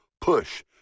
push